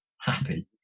happy